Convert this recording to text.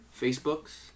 Facebooks